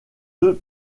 deux